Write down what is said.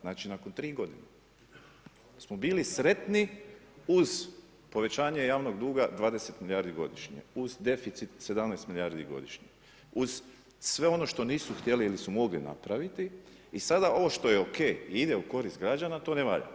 Znači, nakon 3 godine smo bili sretni uz povećanje javnog duga 20 milijardi godišnje, uz deficit 17 milijardi godišnje, uz sve ono što nisu htjeli ili su mogli napraviti i sada ovo što je OK i ide u korist građana, to ne valja.